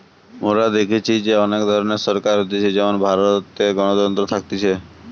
মোরা দেখেছি যে অনেক ধরণের সরকার হতিছে যেমন ভারতে গণতন্ত্র থাকতিছে